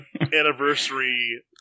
anniversary